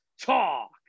Talk